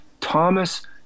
thomas